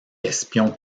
espions